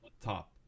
top